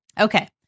okay